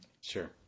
Sure